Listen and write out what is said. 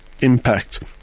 impact